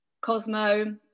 Cosmo